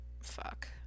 fuck